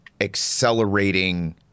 accelerating